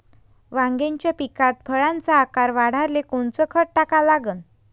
वांग्याच्या पिकात फळाचा आकार वाढवाले कोनचं खत टाका लागन?